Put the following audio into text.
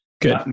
good